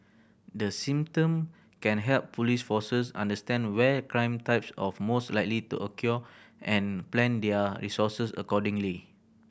the system can help police forces understand where crime types of most likely to occur and plan their resources accordingly